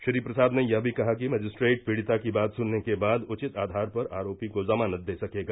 श्री प्रसाद ने यह भी कहा कि मजिस्ट्रेट पीड़िता की बात सुनने के बाद उचित आधार पर आरोपी को जमानत दे सकेगा